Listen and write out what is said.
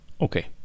Okay